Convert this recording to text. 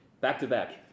Back-to-back